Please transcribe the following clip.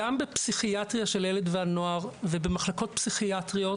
גם הפסיכיאטריה של הילד והנוער ובמחלקות פסיכיאטריות,